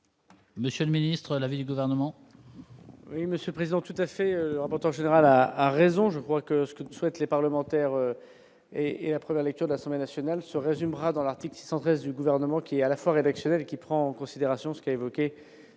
Monsieur le ministre, l'avis du gouvernement.